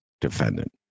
defendant